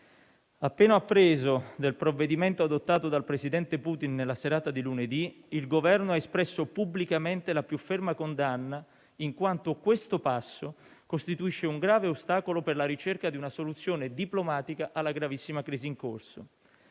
Appena appreso del provvedimento adottato dal presidente Putin nella serata di lunedì, il Governo ha espresso pubblicamente la più ferma condanna, in quanto questo passo costituisce un grave ostacolo per la ricerca di una soluzione diplomatica alla gravissima crisi in corso.